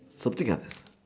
something